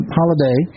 holiday